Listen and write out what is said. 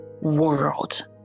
world